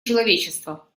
человечества